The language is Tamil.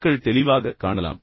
மக்கள் தெளிவாகக் காணலாம்